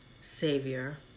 Savior